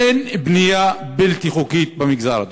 אין בנייה בלתי חוקית במגזר הדרוזי,